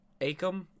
Acom